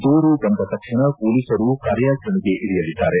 ದೂರು ಬಂದ ತಕ್ಷಣ ಹೊಲೀಸರು ಕಾರ್ಯಾಚರಣೆಗೆ ಇಳಿಯಲಿದ್ದಾರೆ